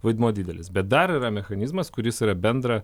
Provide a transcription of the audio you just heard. vaidmuo didelis bet dar yra mechanizmas kuris yra bendra